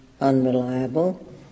unreliable